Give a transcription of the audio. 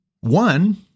one